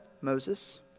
Moses